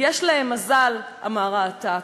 "יש להם מזל", אמר העתק.